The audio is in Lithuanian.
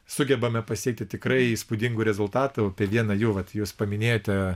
sugebame pasiekti tikrai įspūdingų rezultatų apie vieną jau vat jūs paminėjote